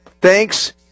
Thanks